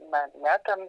na ne ten